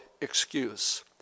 excuse